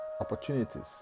opportunities